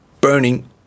burning